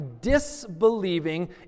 disbelieving